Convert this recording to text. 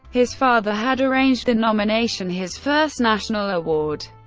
his father had arranged the nomination, his first national award.